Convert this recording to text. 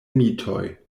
mitoj